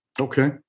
Okay